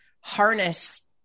harness